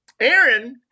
Aaron